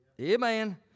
Amen